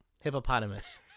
Hippopotamus